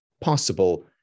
possible